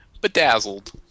bedazzled